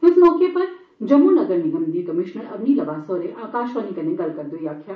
इस मौके जम्मू नगर निगम दियां कमीश्नर अवनी लवासा होरें आकाशवाणी कन्नै गल्ल करदे होई आक्खेआ